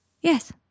Yes